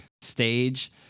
stage